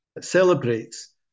celebrates